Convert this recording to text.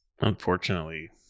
unfortunately